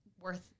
worth